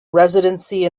residency